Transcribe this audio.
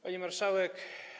Pani Marszałek!